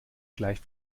gleich